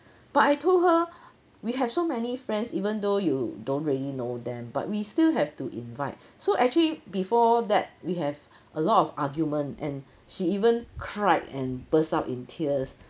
but I told her we have so many friends even though you don't really know them but we still have to invite so actually before that we have a lot of argument and she even cried and burst out in tears